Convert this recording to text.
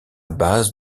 base